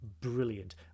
brilliant